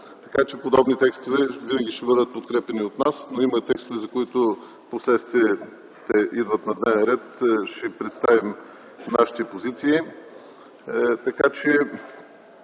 така че подобни текстове винаги ще бъдат подкрепяни от нас, но има текстове, които впоследствие идват на дневен ред. Там ние ще представим нашите позиции.